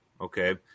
okay